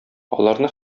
аларны